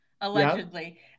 allegedly